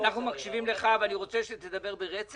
אנחנו מקשיבים לך, ואני רוצה שתדבר ברצף.